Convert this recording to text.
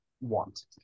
want